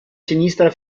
sinistra